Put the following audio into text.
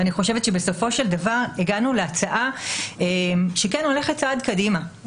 אני חושבת שבסופו של דבר הגענו להצעה שהולכת צעד קדימה,